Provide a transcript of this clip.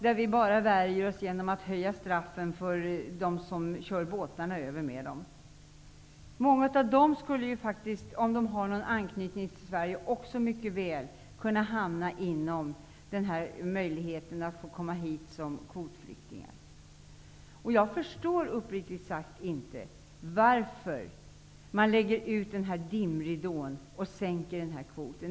Där värjer vi oss bara genom att höja straffen för dem som kör båtarna. Många av dem skulle ju också, om de har någon anknytning till Sverige, mycket väl kunna få möjlighet att komma hit som kvotflyktingar. Jag förstår uppriktigt sagt inte varför man lägger ut en dimridå och sänker kvoten.